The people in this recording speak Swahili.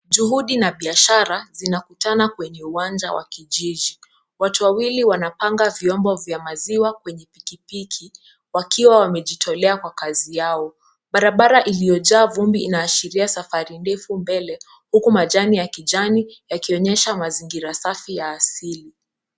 Juhudi na biashara zinakutana kwenye uwanja wa kijiji. Watu wawili wanapanga vyombo vya maziwa kwenye pikipiki wakiwa wamejitolea kwa kazi yao. Barabara iliyojaa vumbi inaashiria safari ndefu mbele huku majani ya kijani yakionyesha mazingira safi ya asili.